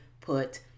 put